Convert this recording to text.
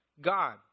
God